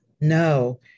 No